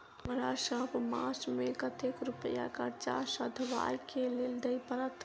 हमरा सब मास मे कतेक रुपया कर्जा सधाबई केँ लेल दइ पड़त?